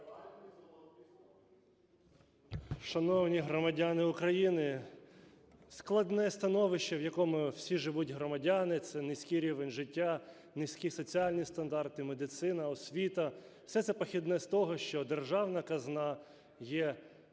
Шановні громадяни України, складне становище, в якому всі живуть громадяни, – це низький рівень життя, низькі соціальні стандарти, медицина, освіта. Все це похідне з того, що державна казна є жертвою